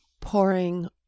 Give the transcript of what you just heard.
pouring